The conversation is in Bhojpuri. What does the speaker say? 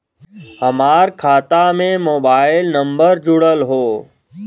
हमार खाता में मोबाइल नम्बर जुड़ल हो?